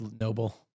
noble